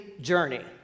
Journey